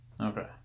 Okay